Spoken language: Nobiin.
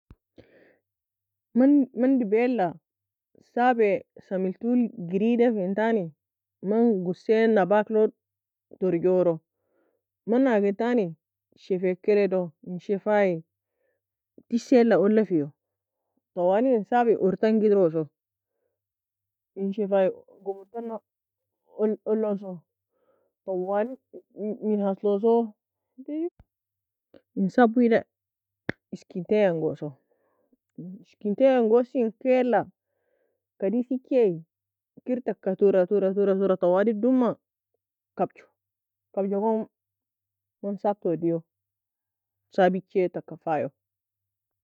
Men men dibela sabi samil toule girida fentani men gussaeb en abak log torjuro mena agentani shefa waeka elidow in shefa ye tise la oula feiwe twali in Sabi uor tanga oderoso in shefa e gomur tana oulo so twali min hasloso abeyou in sabi wida eskinty yan gosoe eskinty yan goseen kela kadise echi kir taka tura tura tura twali doma kabgoe kabga gon man sabi toe deaio sabi echi taka fayo